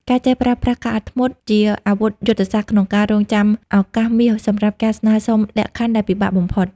ការចេះប្រើប្រាស់ "ការអត់ធ្មត់" ជាអាវុធយុទ្ធសាស្ត្រក្នុងការរង់ចាំឱកាសមាសសម្រាប់ការស្នើសុំលក្ខខណ្ឌដែលពិបាកបំផុត។